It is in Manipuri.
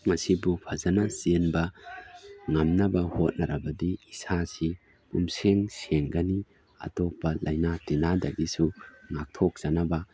ꯃꯁꯤꯕꯨ ꯐꯖꯅ ꯆꯦꯟꯕ ꯉꯝꯅꯕ ꯍꯣꯠꯅꯔꯕꯗꯤ ꯏꯁꯥꯁꯤ ꯄꯨꯝꯁꯦꯡ ꯁꯦꯡꯒꯅꯤ ꯑꯇꯣꯞꯄ ꯂꯩꯅ ꯇꯤꯟꯅꯥꯗꯒꯤꯁꯨ ꯉꯥꯛꯊꯣꯛꯆꯅꯕ